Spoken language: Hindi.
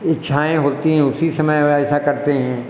इच्छाएँ होती हैं उसी समय वह ऐसा करते हैं